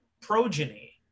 progeny